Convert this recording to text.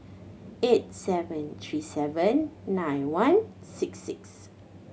eight seven three seven nine one six six